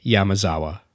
Yamazawa